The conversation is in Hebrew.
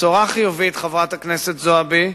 בשורה חיובית, חברת הכנסת זועבי,